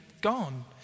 Gone